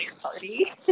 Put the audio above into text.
party